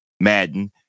Madden